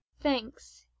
Thanks